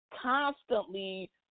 constantly